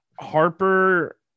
Harper